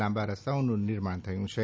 લાંબા રસ્તાઓનું નિર્માણ થયુ છે